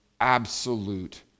absolute